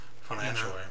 financially